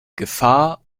gefahr